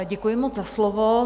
Děkuji moc za slovo.